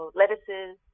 lettuces